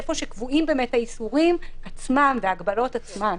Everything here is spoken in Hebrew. היכן שקבועים האיסורים עצמם וההגבלות עצמן.